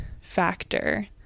factor